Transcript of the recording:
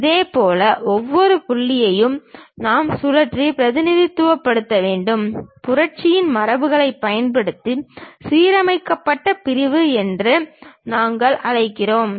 இதேபோல் ஒவ்வொரு புள்ளியையும் நாம் சுழற்றி பிரதிநிதித்துவப்படுத்த வேண்டும் புரட்சியின் மரபுகளைப் பயன்படுத்தி சீரமைக்கப்பட்ட பிரிவு என்று நாங்கள் அழைக்கிறோம்